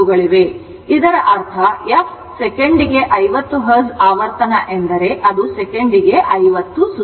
ಆದ್ದರಿಂದ ಇದರ ಅರ್ಥ f ಸೆಕೆಂಡಿಗೆ 50 Hertz ಆವರ್ತನ ಎಂದರೆ ಅದು ಸೆಕೆಂಡಿಗೆ 50 ಸುತ್ತುಗಳು